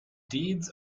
deeds